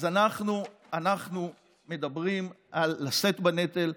אז אנחנו מדברים על לשאת בנטל,